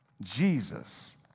Jesus